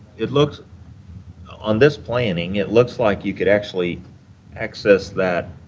it looks on this planning, it looks like you could actually access that